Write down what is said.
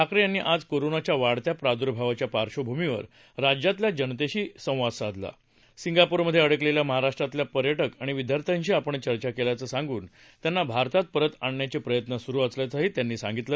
ठाकरे यांनी आज कोरोनाच्या वाढत्या प्रार्द्भावाच्या पार्श्वभूमीवर राज्यातल्या जनतेशी संवाद सिंगाप्रमध्ये अडकलेल्या महाराष्ट्रातल्या पर्यटक आणि विद्यार्थ्याशी आपण चर्चा केल्याचं सांगून त्यांना भारतात परत आणण्याचे प्रयत्न सुरु असल्याचंही त्यांनी सांगितलं